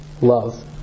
love